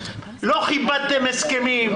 לא כיבדתם הסכמים,